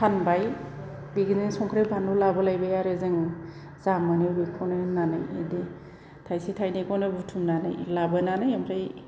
फानबाय बिदिनो संख्रि बानलु लाबोलायबाय आरो जोङो जा मोनो बेखौनो होननानै बिदि थाइसे थाइनैखौनो बुथुमनानै लाबोनानै ओमफ्राय